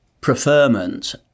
preferment